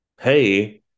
hey